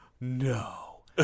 No